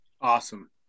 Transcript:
Awesome